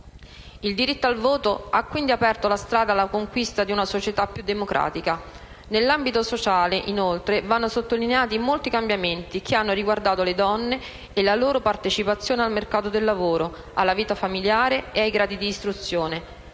Il diritto al voto ha quindi aperto la strada alla conquista di una società più democratica. Nell'ambito sociale, inoltre, vanno sottolineati molti cambiamenti che hanno riguardato le donne e la loro partecipazione al mercato del lavoro, alla vita familiare e ai gradi di istruzione.